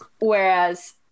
Whereas